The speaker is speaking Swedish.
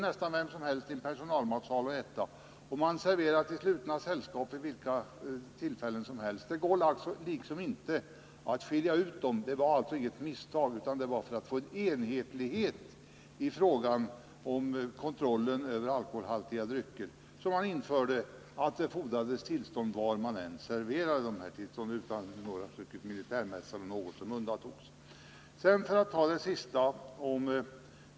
Nästan vem som helst får äta i en personalmatsal, och slutna sällskap serveras ofta där. Det var alltså inte av misstag utan för att åstadkomma enhetlighet i kontrollen av alkoholhaltiga drycker som man införde bestämmelsen om att det fordrades tillstånd var dessa drycker än serverades — det var bara servering av alkoholdrycker i militär mäss på örlogsfartyg som undantogs.